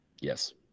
yes